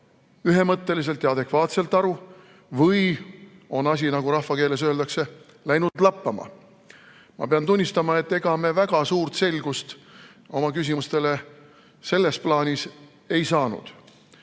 ühemõtteliselt ja adekvaatselt aru või on asi, nagu rahvakeeles öeldakse, läinud lappama. Ma pean tunnistama, et ega me väga suurt selgust selles plaanis ei saanud.